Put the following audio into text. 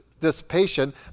dissipation